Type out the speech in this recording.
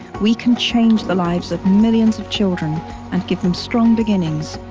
we can change the lives of millions of children and give them strong beginnings,